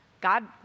God